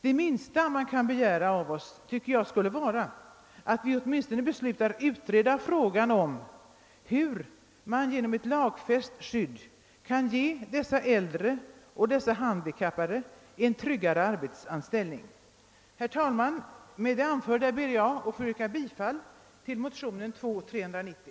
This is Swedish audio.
Det minsta man kan begära av oss är enligt min mening att vi åtminstone beslutar att utreda frågan om hur vi genom ett lagfäst skydd kan ge dessa äldre och handikappade en tryggare arbetsanställning. Herr talman! Med det anförda ber jag att få yrka bifall till motionen II: 390.